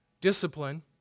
Discipline